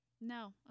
No